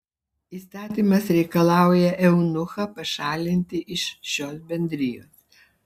įstatymas reikalauja eunuchą pašalinti iš šios bendrijos